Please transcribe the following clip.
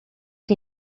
que